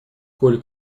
коля